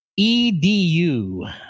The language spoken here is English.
EDU